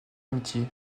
amitié